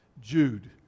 Jude